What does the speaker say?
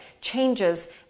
changes